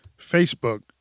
Facebook